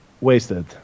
wasted